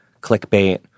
clickbait